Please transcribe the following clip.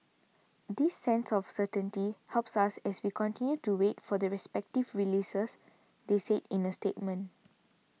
this sense of certainty helps us as we continue to wait for the respective releases they said in a statement